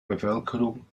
bevölkerung